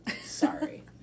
Sorry